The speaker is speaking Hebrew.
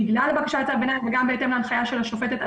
בגלל הבקשה לצו ביניים וגם בהתאם להנחיה של השופטת.